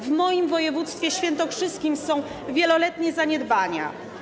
W moim województwie świętokrzyskim są wieloletnie zaniedbania.